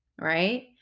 right